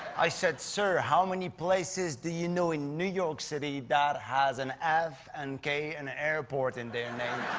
i said sir, how many places do you know in new york city that have an f and k and ah airport in their name?